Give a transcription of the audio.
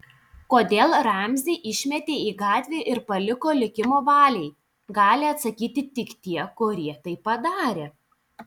kodėl ramzį išmetė į gatvę ir paliko likimo valiai gali atsakyti tik tie kurie tai padarė